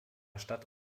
stadt